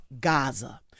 Gaza